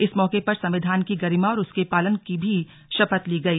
इस मौके पर संविधान की गरीमा और उसके पालन की भी शपथ ली गई